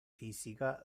fisica